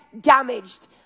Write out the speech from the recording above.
damaged